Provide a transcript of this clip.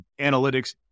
analytics